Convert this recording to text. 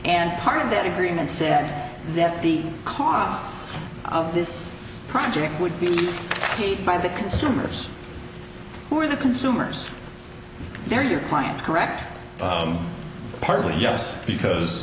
and part of that agreement said that the car off this project would be paid by the consumers who are the consumers they're your clients correct partly yes because